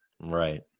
Right